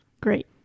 Great